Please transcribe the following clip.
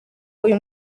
uyu